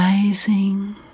Rising